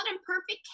Imperfect